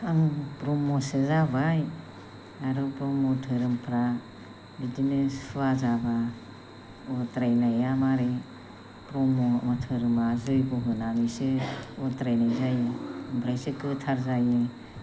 आं ब्रह्मसो जाबाय आरो ब्रह्म धोरोमफ्रा बिदिनो सुआ जाबा उद्रायनाया मारै ब्रह्म धोरोमा जैग' होनानैसो उद्रायनाय जायो ओमफ्रायसो गोथार जायो